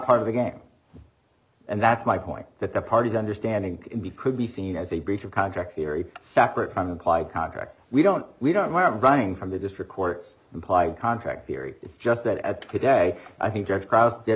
part of the game and that's my point that the party understanding can be could be seen as a breach of contract theory separate from acquired contract we don't we don't have running from the district courts implied contract theory it's just that at the day i think that crowd did